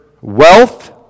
wealth